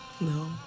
No